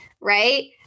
right